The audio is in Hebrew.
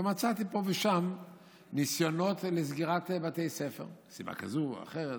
ומצאתי פה ושם ניסיונות לסגירת בתי ספר מסיבה כזאת או אחרת.